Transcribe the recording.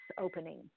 opening